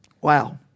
Wow